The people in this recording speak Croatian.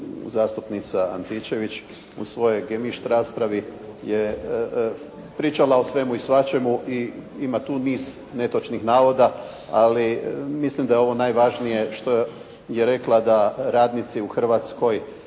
zastupnica Antičević u svojoj gemišt raspravi je pričala o svemu i svačemu i ima tu niz netočnih navoda, ali mislim da je ovo najvažnije što je rekla da radnici u Hrvatskoj